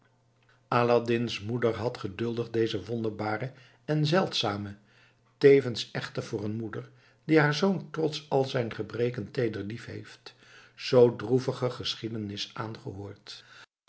aladdin's moeder had geduldig deze wonderbare en zeldzame tevens echter voor een moeder die haar zoon trots al zijn gebreken teeder liefheeft zoo droevige geschiedenis aangehoord